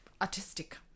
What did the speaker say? artistic